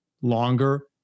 longer